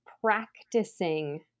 practicing